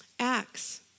Acts